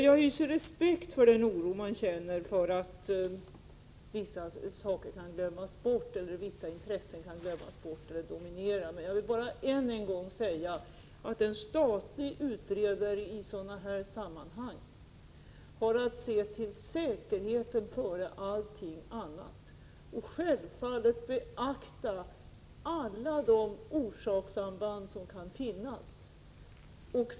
Jag hyser respekt för den oro som finns för att vissa intressen kan glömmas bort eller dominera, men jag vill än en gång säga att en statlig utredare i sådana här sammanhang har att se till säkerheten före allting annat och självfallet skall beakta alla de orsakssamband som kan finnas.